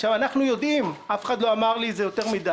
אנחנו יודעים אף אחד לא אמר את זה יותר מדי,